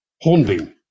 Hornbeam